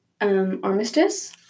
armistice